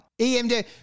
EMD